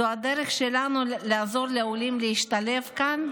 זאת הדרך שלנו לעזור לעולים להשתלב כאן,